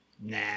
Nah